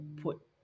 put